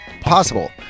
Possible